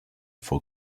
for